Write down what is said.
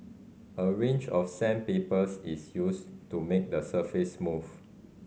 a range of sandpapers is used to make the surface smooth